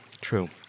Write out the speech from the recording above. True